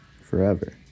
Forever